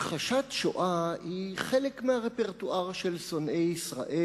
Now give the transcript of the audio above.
הכחשת השואה היא חלק מהרפרטואר של שונאי ישראל,